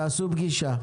תקיימו פגישה.